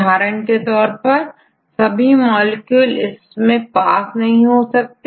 उदाहरण के तौर पर सभी मॉलिक्यूल इससे पास नहीं हो सकते